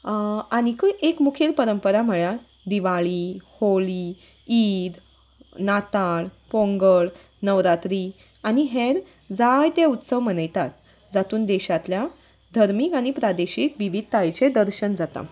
आनीकूय एक मुखेल परंपरा म्हळ्यार दिवाळी होळी ईद नाताळ पोंगळ नवरात्री आनी हेर जायते उत्सव मनयतात जातून देशांतल्या धर्मीक आनी प्रदेशीक विविधतायेचें दर्शन जाता